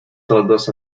toldos